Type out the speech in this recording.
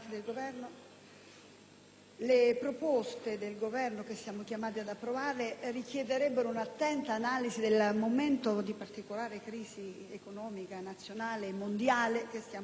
le proposte dell'Esecutivo che siamo chiamati ad approvare richiederebbero un'attenta analisi del momento di particolare crisi economica nazionale e mondiale che stiamo vivendo,